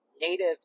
native